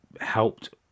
helped